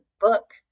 book